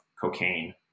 cocaine